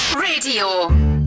Radio